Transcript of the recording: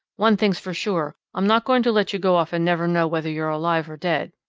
one thing's for sure. i'm not going to let you go off and never know whether you're alive or dead.